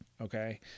Okay